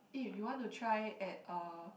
eh you want to try at uh